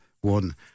one